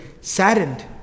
saddened